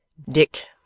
dick!